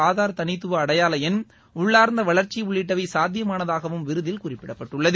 ஆதார் தளித்துவ அடையாள எண் உள்ளார்ந்த வளர்ச்சி உள்ளிட்டவை சுத்தியமானதாகவும் விருதில் குறிப்பிடப்பட்டுள்ளது